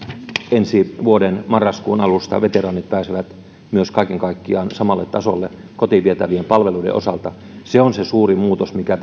ensi vuoden marraskuun alusta veteraanit pääsevät myös kaiken kaikkiaan samalle tasolle kotiin vietävien palveluiden osalta se on se suuri muutos mikä